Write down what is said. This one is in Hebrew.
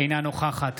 אינה נוכחת